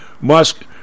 Musk